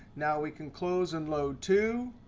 now we can close and load too.